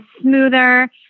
smoother